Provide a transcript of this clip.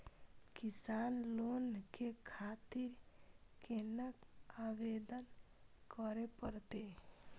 किसान लोन के खातिर केना आवेदन करें परतें?